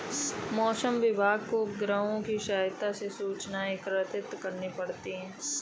मौसम विभाग को उपग्रहों के सहायता से सूचनाएं एकत्रित करनी पड़ती है